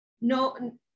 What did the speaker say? no